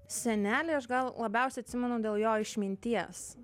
senelį aš gal labiausiai atsimenu dėl jo išminties